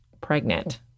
pregnant